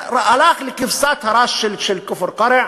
הלך לכבשת הרש של כפר-קרע,